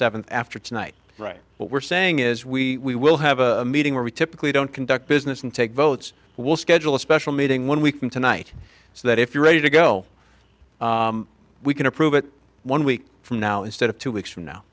seventh after tonight right what we're saying is we will have a meeting where we typically don't conduct business and take votes will schedule a special meeting one week from tonight so that if you're ready to go we can approve it one week from now instead of two weeks from now